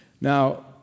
Now